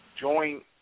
joint